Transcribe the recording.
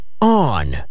on